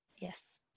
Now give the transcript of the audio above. Yes